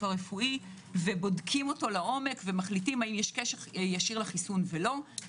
הרפואי ובודקים אותו לעומק ומחליטים האם יש קשר ישיר לחיסון או לא.